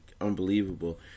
unbelievable